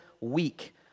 week